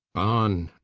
on,